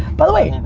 by the way,